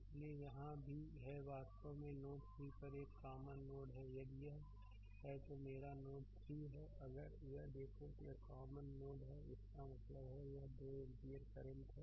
इसलिए यहां यह भी है कि यह वास्तव में नोड 3 पर एक कॉमन नोड है यदि यह है तो मेरा नोड 3 है कि अगर देखो तो यह भी कॉमन नोड है इसका मतलब है यह 2 एम्पीयर करंट है